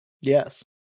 Yes